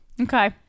Okay